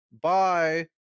bye